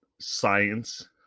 science